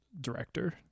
director